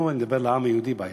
לנו, אני מדבר לעם היהודי, בעיה.